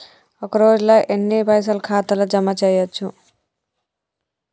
ఒక రోజుల ఎన్ని పైసల్ ఖాతా ల జమ చేయచ్చు?